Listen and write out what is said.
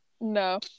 No